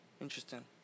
Interesting